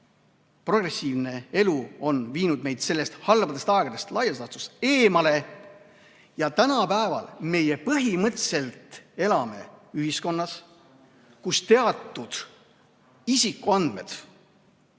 progressiivne elu on viinud meid nendest halbadest aegadest laias laastus eemale. Tänapäeval me põhimõtteliselt elame ühiskonnas, kus teatud isikuandmed on